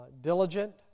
diligent